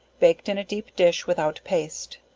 baked in a deep dish without paste.